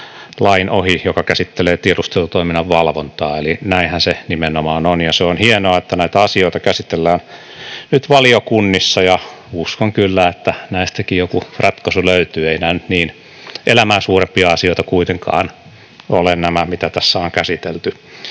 lain ohi, joka käsittelee tiedustelutoiminnan valvontaa. Eli näinhän se nimenomaan on, ja se on hienoa, että näitä asioita käsitellään nyt valiokunnissa, ja uskon kyllä, että näistäkin joku ratkaisu löytyy. Eivät nämä nyt niin elämää suurempia asioita kuitenkaan ole, mitä tässä on käsitelty.